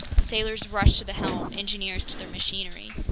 sailors rushed to the helm, engineers to their machinery.